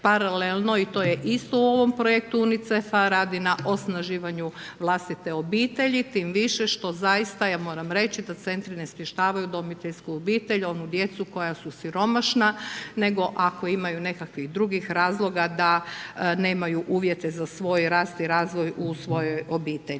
i to je isto u ovom projektu UNICEF-a radi na osnaživanju vlastite obitelji tim više što zaista ja moram reći da centri ne smještavaju u udomiteljsku obitelj onu djecu koja su siromašna, nego ako imaju nekakvih drugih razloga da nemaju uvjete za svoj rast i razvoj u svojoj obitelji.